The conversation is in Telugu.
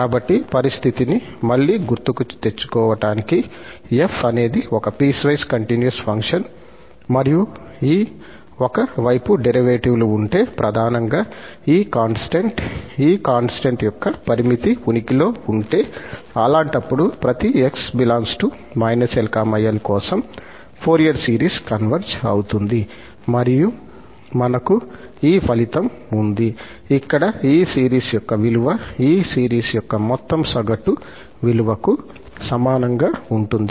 కాబట్టి పరిస్థితిని మళ్ళీ గుర్తుకు తెచ్చుకోవటానికి 𝑓 అనేది ఒక పీస్ వైస్ కంటిన్యూస్ ఫంక్షన్ మరియు ఈ ఒక వైపు డెరివేటివ్ లు ఉంటే ప్రధానంగా ఈ కాన్స్టాంట్ ఈ కాన్స్టాంట్ యొక్క పరిమితి ఉనికిలో ఉంటే అలాంటప్పుడు ప్రతి 𝑥 ∈ −𝐿 𝐿 కోసం ఫోరియర్ సిరీస్ కన్వర్జ్ అవుతుంది మరియు మనకు ఈ ఫలితం ఉంది ఇక్కడ ఈ సిరీస్ యొక్క విలువ ఈ సిరీస్ యొక్క మొత్తం సగటు విలువకు సమానంగా ఉంటుంది